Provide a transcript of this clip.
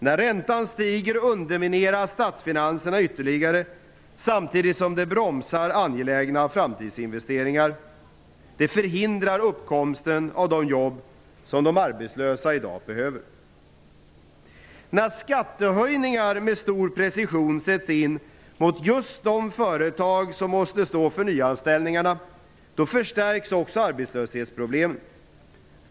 När räntan stiger och underminerar statsfinanserna ytterligare, samtidigt som detta bromsar angelägna framtidsinvesteringar, förhindras uppkomsten av de jobb som de arbetslösa i dag behöver. När skattehöjningar med stor precision sätts in mot just de företag som måste stå för nyanställningarna, då förstärks också arbetslöshetsproblemet.